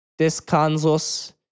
Descansos